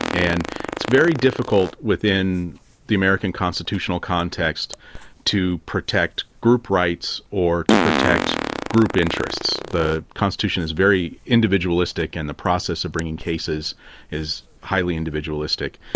and it's very difficult within the american constitutional context to protect group rights or to protect group interests. the constitution is very individualistic and the process of bringing cases is highly individualistic.